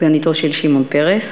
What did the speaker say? סגניתו של שמעון פרס,